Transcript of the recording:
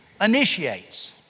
initiates